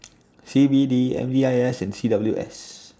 C B D M D I S and C W S